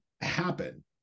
happen